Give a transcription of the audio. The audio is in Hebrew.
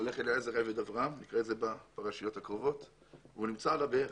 הולך אליעזר, עבד אברהם, והוא נמצא על הבאר.